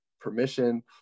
permission